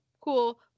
cool